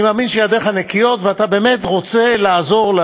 אני מאמין שידיך נקיות, ואתה באמת רוצה לעזור.